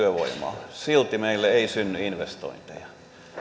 työvoimaa silti meille ei synny investointeja